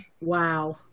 Wow